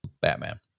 Batman